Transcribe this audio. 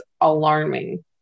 alarming